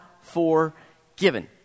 forgiven